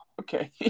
okay